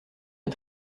est